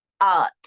art